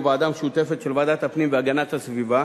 בוועדה משותפת של ועדת הפנים והגנת הסביבה